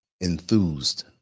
enthused